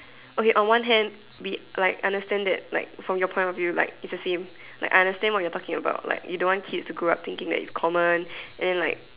okay on one hand we like understand that like from your point of view like it's the same like I understand what you are talking about like you don't want kids to grow up thinking like it's common and then like